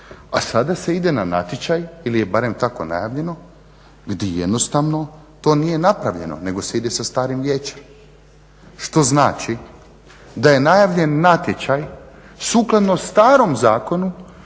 a sada se ide na natječaj ili je barem tako najavljeno gdje jednostavno to nije napravljeno nego se ide sa starim vijećem, što znači da je najavljen natječaj sukladno starom zakonu